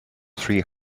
three